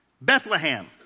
Bethlehem